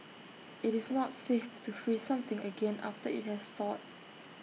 IT is not safe to freeze something again after IT has thawed